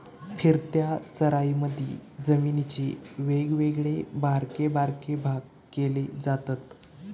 फिरत्या चराईमधी जमिनीचे वेगवेगळे बारके बारके भाग केले जातत